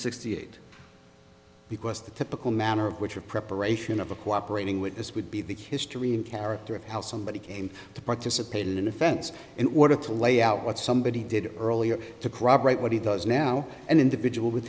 sixty eight because the typical manner in which your preparation of a cooperating witness would be the history in character of how somebody came to participate in an offense in order to lay out what somebody did earlier to corroborate what he does now an individual would